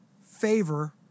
favor